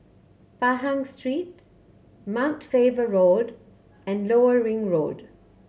Pahang Street Mount Faber Road and Lower Ring Road